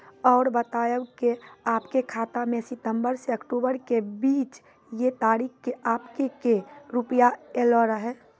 और बतायब के आपके खाते मे सितंबर से अक्टूबर के बीज ये तारीख के आपके के रुपिया येलो रहे?